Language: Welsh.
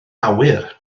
awyr